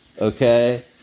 okay